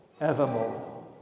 evermore